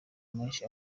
menshi